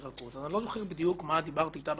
זה לא הגון מה שאתה עושה.